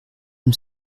dem